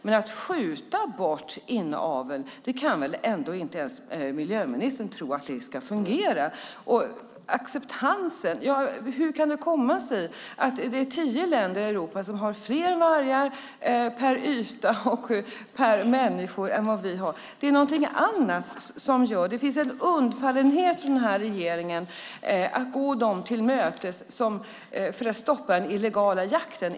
Men inte ens miljöministern kan väl tro att det ska fungera att skjuta bort inavel. När det gäller acceptansen undrar jag: Hur kan det komma sig att det är tio länder i Europa som har fler vargar i förhållande till yta och antal människor än vad vi har? Det finns en undfallenhet från den här regeringens sida. Man går dessa människor till mötes för att stoppa den illegala jakten.